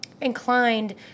inclined